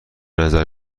نظر